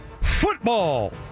football